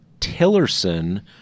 Tillerson